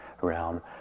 realm